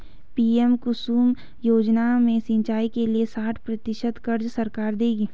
PM Kusum योजना में सिंचाई के लिए साठ प्रतिशत क़र्ज़ सरकार देगी